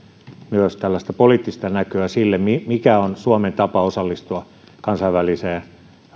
myös tällaista poliittista näköä sille mikä on suomen tapa osallistua kansainväliseen